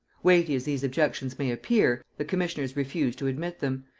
weighty as these objections may appear, the commissioners refused to admit them,